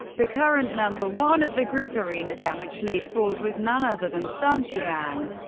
the current number one of the group arena damage leaderboard was none other than sun xiang.